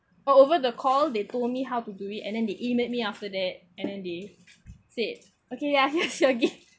o~ over the call they told me how to do it and then they emailed me after that and then they said okay ya here's your gift